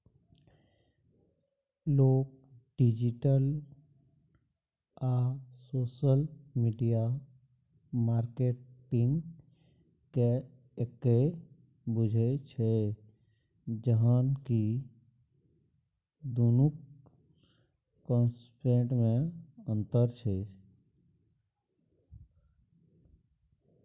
लोक डिजिटल आ social media मार्केटिंगकेँ एक्के बुझय छै जखन कि दुनुक कंसेप्टमे अंतर छै